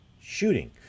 shooting